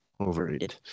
overrated